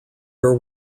are